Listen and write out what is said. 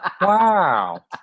Wow